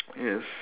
is